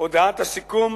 הודעת הסיכום